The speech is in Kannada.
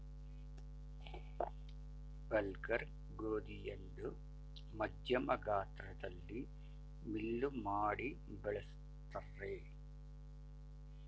ಬಲ್ಗರ್ ಗೋಧಿಯನ್ನು ಮಧ್ಯಮ ಗಾತ್ರದಲ್ಲಿ ಮಿಲ್ಲು ಮಾಡಿಸಿ ಬಳ್ಸತ್ತರೆ